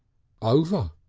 over,